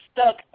stuck